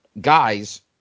guys